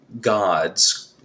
gods